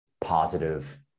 positive